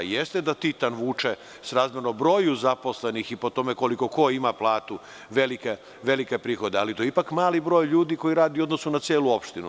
Jeste da „Titan“ vuče, srazmerno broju zaposlenih i po tome koliku ko ima platu, velike prihode, ali to je ipak mali broj ljudi koji radi u odnosu na celu opštinu.